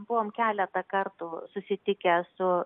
buvom keletą kartų susitikę su